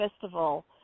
festival